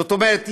זאת אומרת,